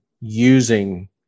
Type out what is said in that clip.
using